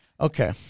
Okay